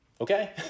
okay